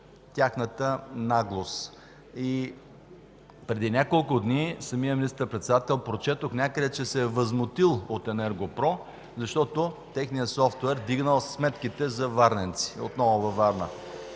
тяхната наглост. Преди няколко дни самият министър-председател, прочетох някъде, че се е възмутил от „Енерго-Про”, защото техният софтуер вдигнал сметките за варненци – отново във Варна.